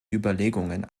überlegungen